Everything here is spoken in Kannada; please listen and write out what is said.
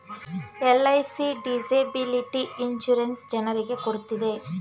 ಎಲ್.ಐ.ಸಿ ಡಿಸೆಬಿಲಿಟಿ ಇನ್ಸೂರೆನ್ಸ್ ಜನರಿಗೆ ಕೊಡ್ತಿದೆ